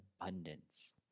abundance